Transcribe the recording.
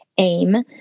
aim